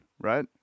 right